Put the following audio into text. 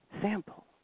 Sample